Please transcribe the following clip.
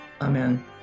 Amen